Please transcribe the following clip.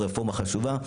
רפורמה חשובה,